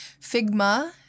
Figma